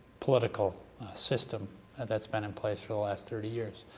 political system that's been in place for the last thirty years.